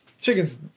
Chicken's